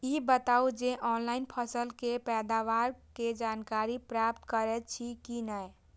ई बताउ जे ऑनलाइन फसल के पैदावार के जानकारी प्राप्त करेत छिए की नेय?